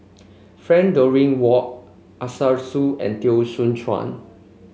Frank Dorrington Ward Arasu and Teo Soon Chuan